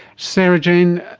sarah-jane,